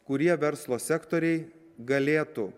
kurie verslo sektoriai galėtų